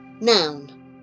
Noun